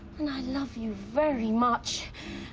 and i love you very much.